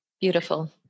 Beautiful